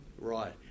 right